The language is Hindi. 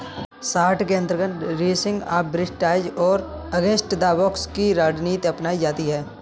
शार्ट के अंतर्गत रेसिंग आर्बिट्राज और अगेंस्ट द बॉक्स की रणनीति अपनाई जाती है